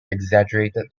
exaggerated